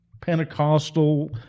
Pentecostal